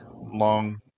long